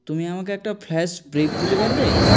তুমি আমাকে একটা ফ্রেশ ব্রেক দিতে পারবে